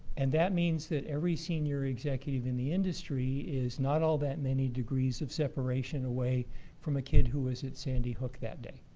and that means that every senior executive in the industry is not all that many degrees of separation away from a kid who was at sandy hook that day.